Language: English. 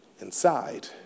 inside